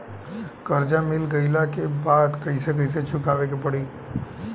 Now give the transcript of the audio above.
कर्जा मिल गईला के बाद कैसे कैसे चुकावे के पड़ी?